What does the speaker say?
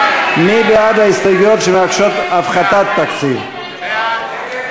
ההסתייגויות לסעיף 01, נשיא המדינה ולשכתו,